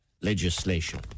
legislation